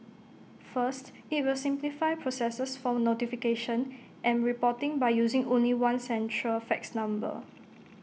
first IT will simplify processes for notification and reporting by using only one central fax number